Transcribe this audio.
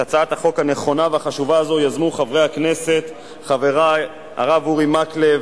את הצעת החוק הנכונה והחשובה הזאת יזמו חברי הכנסת חברי הרב אורי מקלב,